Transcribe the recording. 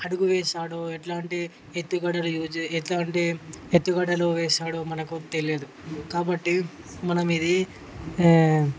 అడుగు వేసాడో ఎట్లాంటి ఎత్తుగడలు యూజ్ ఎట్లాంటి ఎత్తుగడలు వేసాడో మనకు తెలీదు కాబట్టి మనమిది